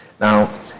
Now